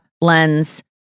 lens